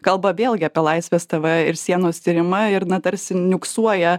kalba vėlgi apie laisvės tv ir sienos tyrimą ir na tarsi niuksuoja